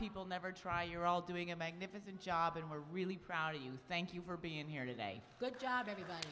people never try you're all doing a magnificent job and we're really proud of you thank you for being here today good job everybody